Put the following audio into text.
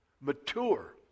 mature